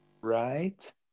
Right